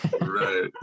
right